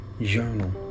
journal